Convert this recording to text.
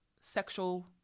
sexual